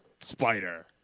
spider